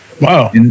Wow